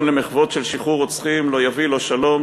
למחוות של שחרור רוצחים לא יביאו לא שלום,